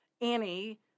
Annie